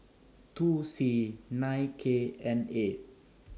two C nine K N A